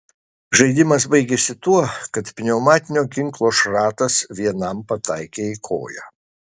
žaidimas baigėsi tuo kad pneumatinio ginklo šratas vienam pataikė į koją